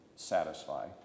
Satisfy